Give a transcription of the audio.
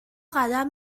قدم